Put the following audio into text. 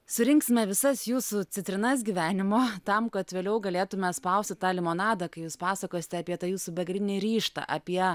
surinksime visas jūsų citrinas gyvenimo tam kad vėliau galėtume spausti tą limonadą kai jūs pasakosite apie tą jūsų begalinį ryžtą apie